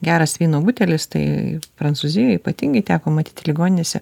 geras vyno butelis tai prancūzijoj ypatingai teko matyti ligoninėse